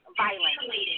violence